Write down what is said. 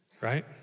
Right